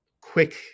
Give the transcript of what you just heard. quick